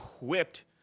whipped